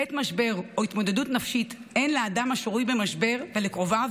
בעת משבר או התמודדות נפשית אין לאדם השרוי במשבר ולקרוביו